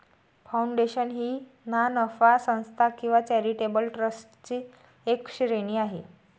foundation ही ना नफा संस्था किंवा चॅरिटेबल ट्रस्टची एक श्रेणी आहे